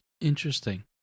Interesting